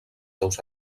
seus